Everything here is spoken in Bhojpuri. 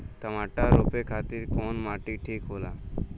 टमाटर रोपे खातीर कउन माटी ठीक होला?